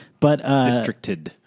Districted